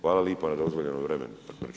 Hvala lipa na dozvoljenom vremenu.